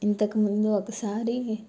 ఇంతకుముందు ఒకసారి